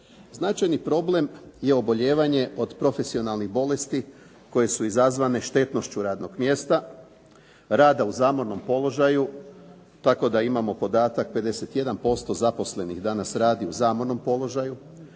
Značajni problem je obolijevanje od profesionalnih bolesti koje su izazvane štetnošću radnog mjesta, rada u zamornom položaju tako da imamo podatak 51% zaposlenih danas radi u zamornom položaju,